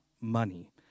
money